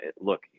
look